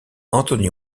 anthony